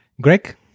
Greg